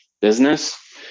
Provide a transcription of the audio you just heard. business